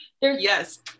Yes